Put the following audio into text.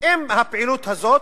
אם הפעילות הזאת,